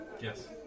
yes